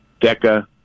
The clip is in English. DECA